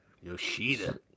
Yoshida